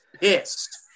pissed